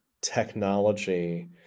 technology